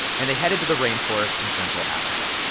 and they headed to the rainforest in central africa.